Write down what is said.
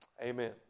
Amen